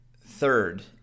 third